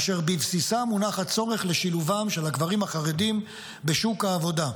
אשר בבסיסה מונח הצורך לשילובם של הגברים החרדים בשוק העבודה.